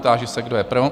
Táži se, kdo je pro?